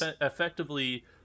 effectively